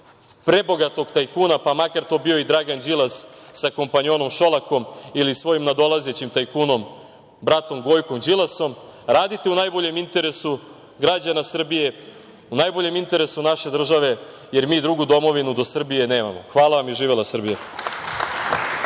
prebogatog tajkuna, pa makar to bio i Dragan Đilas sa kompanjonom Šolakom ili svojim nadolazećim tajkunom, bratom, Gojkom Đilasom. Radite u najboljem interesu građana Srbije, najboljem interesu naše države, jer mi drugu domovinu do Srbije nemamo. Hvala vam i živela Srbija.